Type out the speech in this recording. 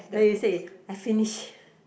then you say I finish